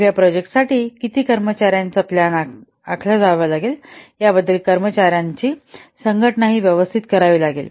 मग या प्रोजेक्टासाठी किती कर्मचार्यांची प्लान आखली जावी लागेल याबद्दल कर्मचार्यांची संघटनाही व्यवस्थित करावी लागेल